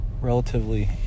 relatively